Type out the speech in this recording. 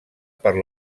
per